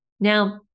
Now